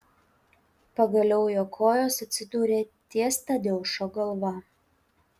pagaliau jo kojos atsidūrė ties tadeušo galva